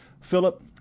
Philip